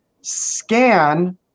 scan